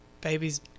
babies